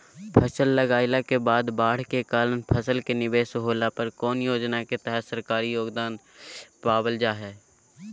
फसल लगाईला के बाद बाढ़ के कारण फसल के निवेस होला पर कौन योजना के तहत सरकारी योगदान पाबल जा हय?